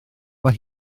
mae